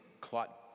clot